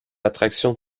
attraction